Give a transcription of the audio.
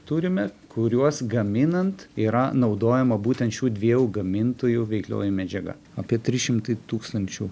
turime kuriuos gaminant yra naudojama būtent šių dviejų gamintojų veiklioji medžiaga apie trys šimtai tūkstančių